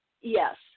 Yes